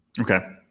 Okay